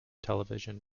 television